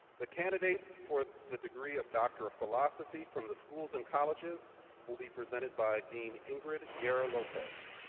the candidates for the degree of doctor of philosophy from the schools and colleges will be presented by dean ingrid guerra-lopez.